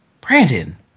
Brandon